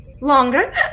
longer